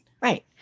Right